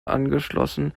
angeschlossen